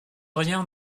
rien